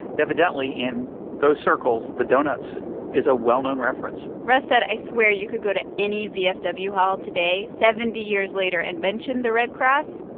evidently, in those circles, the donuts is a well-known reference russ said, i swear, you could go to any vfw hall today seventy years later and mention the red cross,